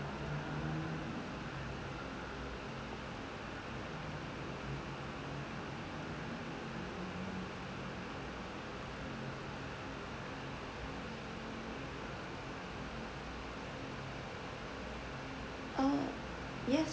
oh yes